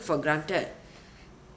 for granted